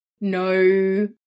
no